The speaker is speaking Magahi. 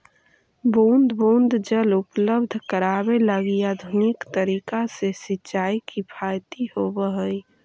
बूंद बूंद जल उपलब्ध करावे लगी आधुनिक तरीका से सिंचाई किफायती होवऽ हइ